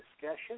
discussion